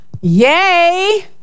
Yay